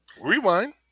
Rewind